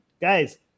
guys